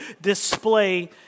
display